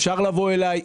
אפשר לבוא אליי,